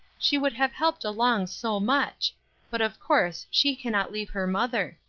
she would have helped along so much but of course she cannot leave her mother.